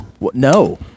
no